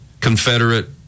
Confederate